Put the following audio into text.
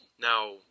Now